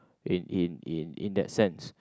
in in in in that sense